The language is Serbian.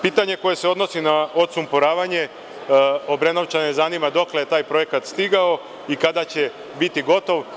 Pitanje koje se odnosi na odsumporavanje Obrenovčane zanima dokle je taj projekat stigao i kada će biti gotov.